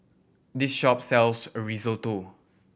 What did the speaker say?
this shop sells Risotto